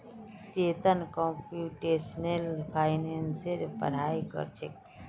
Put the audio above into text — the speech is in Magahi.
चेतन कंप्यूटेशनल फाइनेंसेर पढ़ाई कर छेक